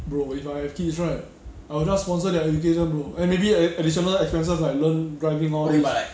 bro if I have kids right I will just sponsor their education bro and maybe additional expenses like learn driving all these